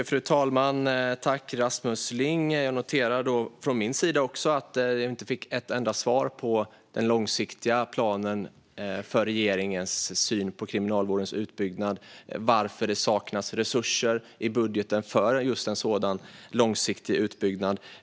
Fru talman! Jag tackar Rasmus Ling. Jag noterar att jag inte fick ett enda svar på frågorna om regeringens långsiktiga plan, synen på kriminalvårdens utbyggnad och varför det saknas resurser i budgeten för en långsiktig utbyggnad.